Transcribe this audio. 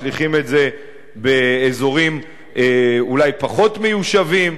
משליכים את זה באזורים אולי פחות מיושבים,